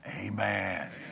Amen